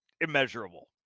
immeasurable